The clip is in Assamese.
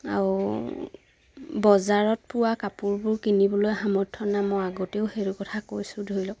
আৰু বজাৰত পোৱা কাপোৰবোৰ কিনিবলৈ সামৰ্থ্য নাই মই আগতেও সেইটো কথা কৈছোঁ ধৰি লওক